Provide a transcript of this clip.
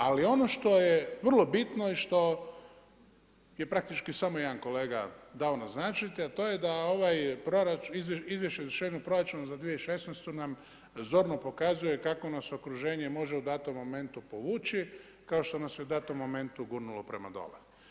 Ali ono što je vrlo bitno i što je samo jedan kolega dao naznačiti, a to je da ovo izvješće o izvršenju proračuna za 2016. nam zorno pokazuje kako nas okruženje može u datom momentu povući kao što nas je u datom momentu gurnulo prema dole.